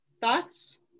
Thoughts